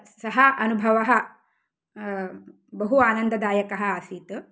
सः अनुभवः बहु आनन्ददायकः आसीत्